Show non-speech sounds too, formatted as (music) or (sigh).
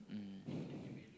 mm (breath)